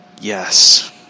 yes